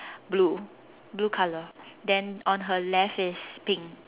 blue blue color then on her left is pink